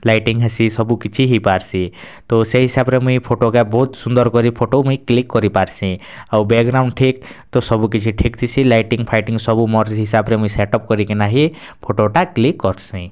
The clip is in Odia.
ଲାଇଟିଂ ହେସି ସବୁକିଛି ହେଇପାରସି ତ ସେ ହିସାବରେ ମୁଇଁ ଫଟୋକେ ବହୁତ୍ ସୁନ୍ଦର୍ କରି ଫଟୋ ମୁଇଁ କ୍ଲିକ୍ କରିପାରସିଁ ଆଉ ବ୍ୟାକଗ୍ରାଉଣ୍ଡ୍ ଠିକ୍ ତ ସବୁକିଛି ଠିକ୍ ଥିସି ଲାଇଟିଂ ଫାଇଟିଂ ସବୁ ମୋର୍ ହିସାବରେ ମୁଇଁ ସେଟ୍ଅପ୍ କରିକିନା ହିଁ ଫଟୋଟା କ୍ଲିକ୍ କରସିଁ